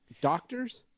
doctors